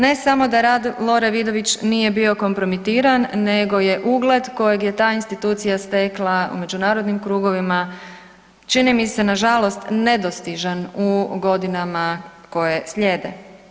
Ne samo da rad Lore Vidović nije bio kompromitiran nego je ugled kojeg je ta institucija stekla u međunarodnim krugovima čini mi se nažalost nedostižan u godinama koje slijede.